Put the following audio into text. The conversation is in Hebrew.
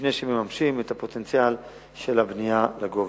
לפני שמממשים את הפוטנציאל של הבנייה לגובה.